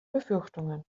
befürchtungen